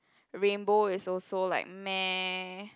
rainbow is also like meh